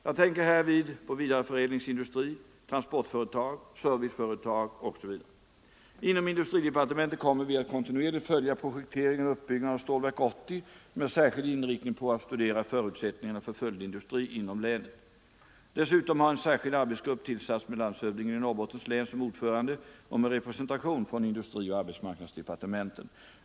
Jag tänker härvid på vidareförädlingsindustri, transportföretag, serviceföretag osv. Inom industridepartementet kommer vi att kontinuerligt följa projekteringen och uppbyggnaden av Stålverk 80 med särskild inriktning på att studera förutsättningarna för följdindustri inom länet. Dessutom har en särskild arbetsgrupp tillsatts med landshövdingen i Norrbottens län som ordförande och med representation från industrioch arbetsmarknadsdepartementen.